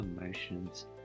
emotions